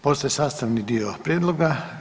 Postaje sastavni dio prijedloga.